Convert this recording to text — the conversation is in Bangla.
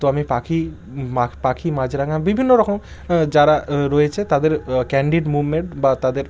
তো আমি পাখি মা পাখি মাছরাঙা বিভিন্ন রকম যারা রয়েছে তাদের ক্যানডিড মুভমেন্ট বা তাদের